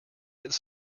it’s